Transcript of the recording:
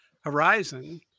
horizon